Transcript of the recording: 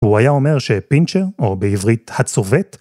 הוא היה אומר שפינצ'ר, או בעברית "הצובט",